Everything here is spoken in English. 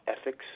ethics